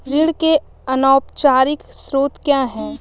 ऋण के अनौपचारिक स्रोत क्या हैं?